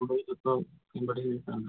അതായത് ഇപ്പോൾ ഇവിടെ ഇത് ആണ്